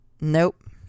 Nope